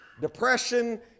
depression